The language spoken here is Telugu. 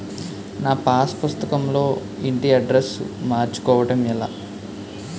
నా పాస్ పుస్తకం లో ఇంటి అడ్రెస్స్ మార్చుకోవటం ఎలా?